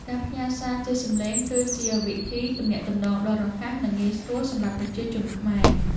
ការផ្ញើសារជាសំឡេង គឺជាវិធីទំនាក់ទំនងដ៏រហ័ស និងងាយស្រួលសម្រាប់ប្រជាជនខ្មែរ។